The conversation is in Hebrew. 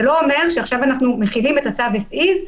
זה לא אומר שעכשיו אנחנו מחילים את הצו as is,